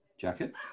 jacket